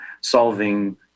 solving